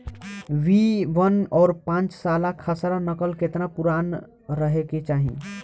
B one और पांचसाला खसरा नकल केतना पुरान रहे के चाहीं?